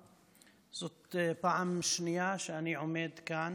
זאת הפעם השנייה שאני עומד כאן